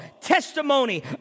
testimony